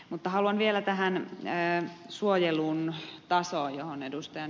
mutta haluan vielä tästä suojelun tasosta johon ed